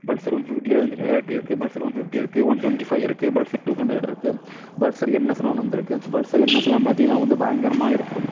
Pulsar one ஃபிஃப்ட்டிலேயே வந்துட்டு variety இருக்குது பல்சர் ஒன் ஃபிஃப்ட்டி இருக்குது ஒன் டுவென்டிஃபை இருக்குது பல்சர் டு ஹண்ட்ரட் இருக்குது பல்சர் என்எஸ்ன்னு ஒன்று வந்து இருக்குது பல்சர் என்எஸ்லான் பார்த்தீங்கனா வந்து பயங்கரமாக இருக்கும்